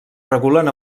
regulen